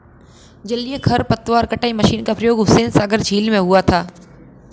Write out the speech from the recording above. जलीय खरपतवार कटाई मशीन का प्रयोग हुसैनसागर झील में हुआ था